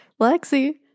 Lexi